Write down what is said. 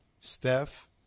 Steph